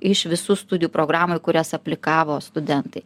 iš visų studijų programų į kurias aplikavo studentai